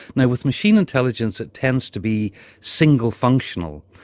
now with machine intelligence it tends to be single functional,